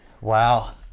Wow